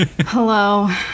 Hello